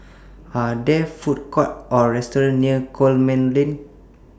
Are There Food Courts Or restaurants near Coleman Lane